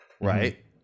right